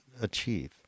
achieve